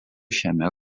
šiame